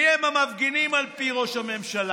מיהם המפגינים, על פי ראש הממשלה?